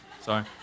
sorry